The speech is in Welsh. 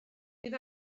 bydd